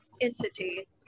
entity